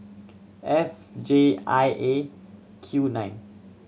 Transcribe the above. F J I A Q nine